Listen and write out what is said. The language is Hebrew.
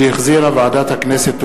שהחזירה ועדת הכנסת.